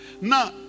Now